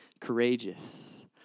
courageous